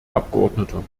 abgeordneter